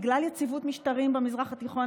בגלל יציבות משטרים במזרח התיכון.